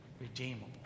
Redeemable